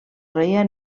reia